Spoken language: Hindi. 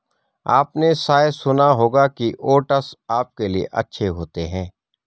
आपने शायद सुना होगा कि ओट्स आपके लिए अच्छे होते हैं